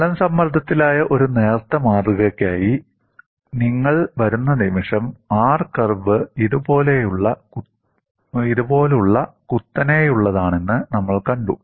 തലം സമ്മർദ്ദത്തിലായ ഒരു നേർത്ത മാതൃകയ്ക്കായി നിങ്ങൾ വരുന്ന നിമിഷം R കർവ് ഇതുപോലുള്ള കുത്തനെയുള്ളതാണെന്ന് നമ്മൾ കണ്ടു